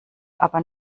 aber